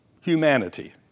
humanity